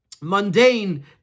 mundane